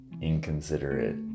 inconsiderate